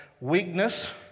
weakness